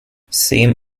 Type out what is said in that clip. same